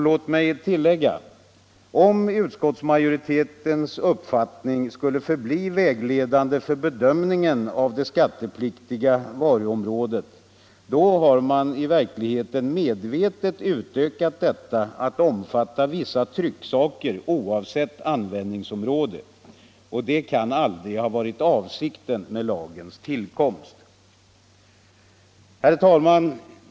Låt mig tillägga att om utskottsmajoritetens uppfattning skulle bli vägledande för bedömningen av det skattepliktiga varuområdet, har man i verkligheten medvetet utökat detta att omfatta vissa trycksaker oavsett användningsområde. Detta kan aldrig ha varit avsikten vid lagens tillkomst. Herr talman!